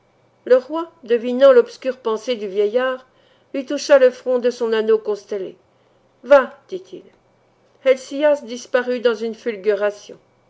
le roi devinant l'obscure pensée du vieillard lui toucha le front de son anneau constellé va dit-il helcias disparut dans une